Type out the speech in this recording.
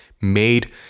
made